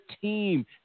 team